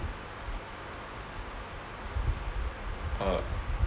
err